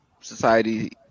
society